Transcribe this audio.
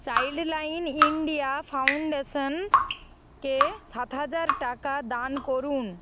Childline India Foundation কে সাত হাজার টাকা দান করুন